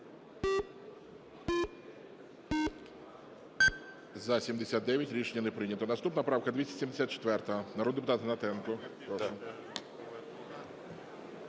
За-79 Рішення не прийнято. Наступна правка 274, народний депутат Гнатенко.